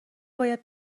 باید